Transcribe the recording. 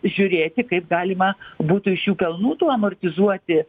žiūrėti kaip galima būtų iš jų pelnų tų amortizuoti